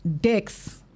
dicks